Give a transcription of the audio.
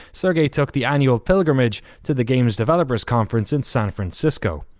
sergey took the annual pilgrimage to the gamers developers conference in san francisco.